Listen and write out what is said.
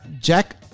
Jack